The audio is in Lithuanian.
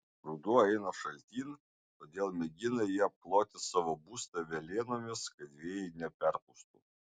ruduo eina šaltyn todėl mėgina jie apkloti savo būstą velėnomis kad vėjai neperpūstų